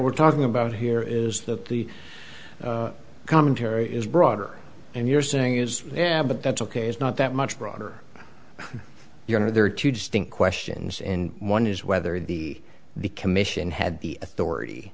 we're talking about here is that the commentary is broader and you're saying is yeah but that's ok it's not that much broader you know there are two distinct questions and one is whether the the commission had the authority